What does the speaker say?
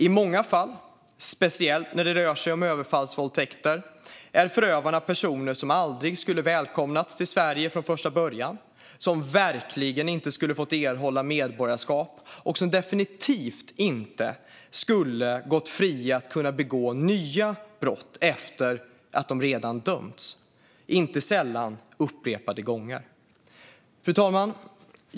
I många fall, speciellt när det rör sig om överfallsvåldtäkter, är förövarna personer som aldrig skulle ha välkomnats till Sverige från första början, som verkligen inte skulle fått erhålla medborgarskap och som definitivt inte skulle ha gått fria att kunna begå nya brott efter att de redan dömts - inte sällan upprepade gånger. Fru talman!